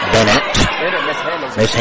Bennett